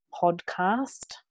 podcast